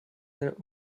their